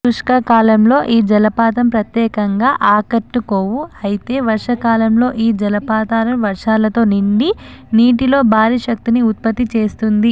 శుష్క కాలంలో ఈ జలపాతం ప్రత్యేకంగా ఆకట్టుకోవు అయితే వర్షాకాలంలో ఈ జలపాతాలు వర్షాలతో నిండి నీటిలో భారీ శక్తిని ఉత్పత్తి చేస్తుంది